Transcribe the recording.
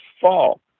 fall